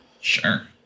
Sure